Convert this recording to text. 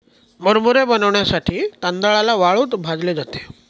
मुरमुरे बनविण्यासाठी तांदळाला वाळूत भाजले जाते